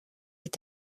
est